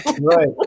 Right